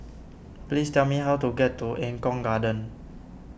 please tell me how to get to Eng Kong Garden